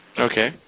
Okay